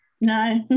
No